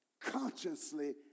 Consciously